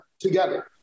together